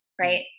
right